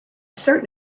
certain